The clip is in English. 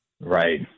Right